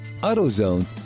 AutoZone